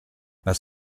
las